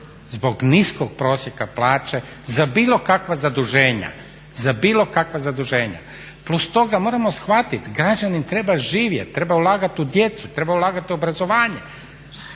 bilo kakva zaduženja, za bilo kakva zaduženja. Plus toga, moramo shvatiti, građanin treba živjeti, treba ulagati u djecu, treba ulagati u obrazovanje